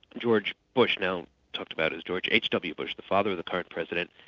george bush now talked about as george, h. w. bush, the father of the current president,